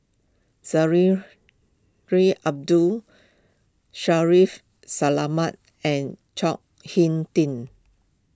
ray Abdul Shaffiq Selamat and Chao Hing Tin